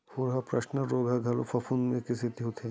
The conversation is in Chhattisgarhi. फूल म पर्नगलन रोग ह घलो फफूंद के सेती होथे